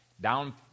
down